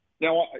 now